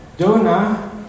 Jonah